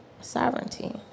sovereignty